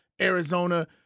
Arizona